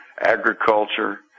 agriculture